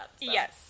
Yes